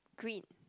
green